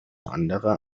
andere